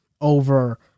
over